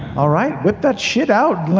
all right, whip that shit out,